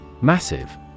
Massive